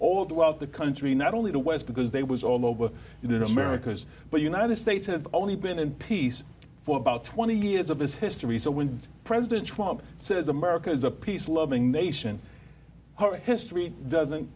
all throughout the country not only the west because they was all over you know america's but united states have only been in peace for about twenty years of his history so when president obama says america is a peace loving nation her history doesn't